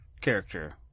character